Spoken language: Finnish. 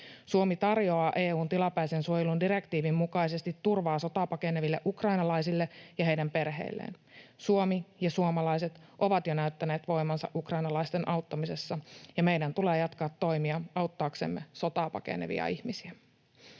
Suomi tarjoaa EU:n tilapäisen suojelun direktiivin mukaisesti turvaa sotaa pakeneville ukrainalaisille ja heidän perheilleen. Suomi ja suomalaiset ovat jo näyttäneet voimansa ukrainalaisten auttamisessa, ja meidän tulee jatkaa toimia auttaaksemme sotaa pakenevia ihmisiä.